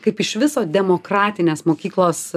kaip iš viso demokratinės mokyklos